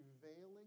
prevailing